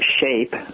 shape